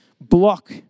block